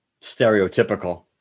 stereotypical